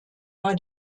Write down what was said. war